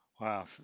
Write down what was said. Wow